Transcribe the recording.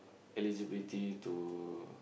eligibility to